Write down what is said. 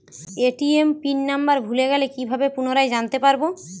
ATM PIN number ভুলে গেলে কি ভাবে পুনরায় জানতে পারবো?